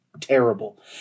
terrible